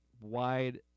wide